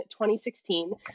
2016